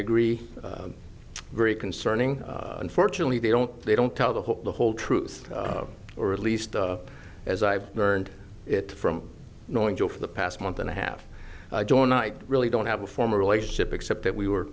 agree very concerning unfortunately they don't they don't tell the whole the whole truth or at least as i've learned it from knowing joe for the past month and a half i don't i really don't have a formal relationship except that we were